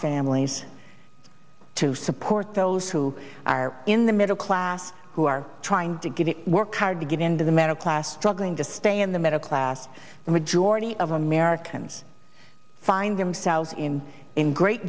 families to support those who are in the middle class who are trying to get work hard to get into the middle class struggling to stay in the middle class the majority of americans find themselves him in great